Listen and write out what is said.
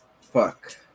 Fuck